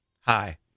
Hi